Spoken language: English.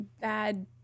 bad